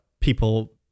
people